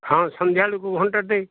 ହଁ ସନ୍ଧ୍ୟାବେଳକୁ ଘଣ୍ଟାଏ ଦେ